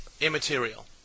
immaterial